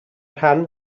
rhan